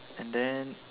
and then